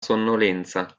sonnolenza